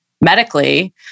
medically